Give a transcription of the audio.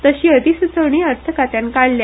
तशी अधिस्चोवणीय अर्थखात्यान काडल्या